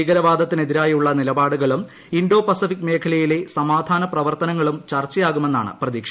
ഭീകരവാദത്തിനെതിരായുള്ള നിലപാടുകളും Indo Pacific മേഖലയിലെ സമാധാന പ്രവർത്തനങ്ങളും ചർച്ചയാകും എന്നാണ് പ്രതീക്ഷ